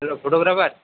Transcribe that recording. hello photographer